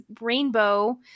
rainbow